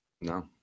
No